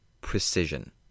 precision